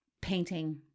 Painting